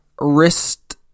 wrist